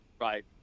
Right